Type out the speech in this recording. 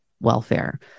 welfare